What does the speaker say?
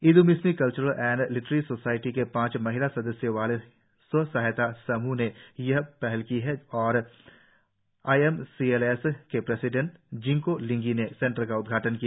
Idu Mishmi cultural and literary society के पाच महिला सदस्यों वाले स्वयं सहायता समूह ने यह पहल की है और आईएमसीएलएस के प्रेसिडेंट जिंको लिंगी ने सेंटर का उदघाटन किया